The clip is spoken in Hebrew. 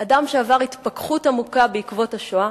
אדם שעבר התפכחות עמוקה בעקבות השואה.